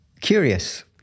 Curious